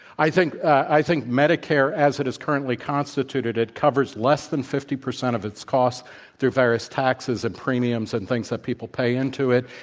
i think i think medicare, as it is currently constituted, it covers less than fifty percent of its costs through various taxes and premiums and things that people pay into it.